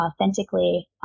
authentically